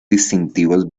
distintivos